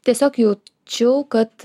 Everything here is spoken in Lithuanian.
tiesiog jaučiau kad